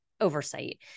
oversight